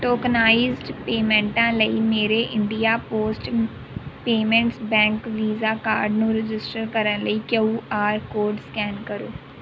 tokenized ਪੇਮੈਂਟਾਂ ਲਈ ਮੇਰੇ India Post Payments Bank Visa card ਨੂੰ ਰਜਿਸਟਰ ਕਰਨ ਲਈ ਕਿਯੂ ਆਰ ਕੋਡ ਸਕੈਨ ਕਰੋ